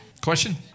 Question